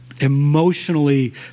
emotionally